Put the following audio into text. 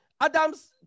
Adam's